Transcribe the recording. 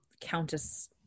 countess